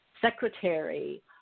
secretary